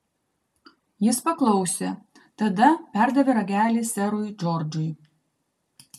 jis paklausė tada perdavė ragelį serui džordžui